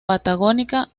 patagónica